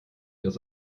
dass